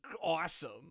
awesome